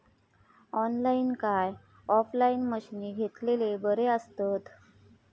Online काय offline मशीनी घेतलेले बरे आसतात?